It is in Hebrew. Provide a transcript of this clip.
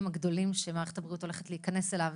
הגדולים שמערכת הבריאות הולכת להיכנס אליו,